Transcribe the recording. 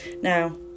Now